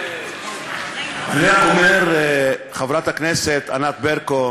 רק אומר, חברת הכנסת ענת ברקו,